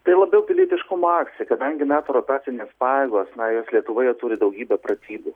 tai labiau pilietiškumo akcija kadangi mes rotacinės pareigos na jos lietuvoje turi daugybę pratybų